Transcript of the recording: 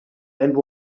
and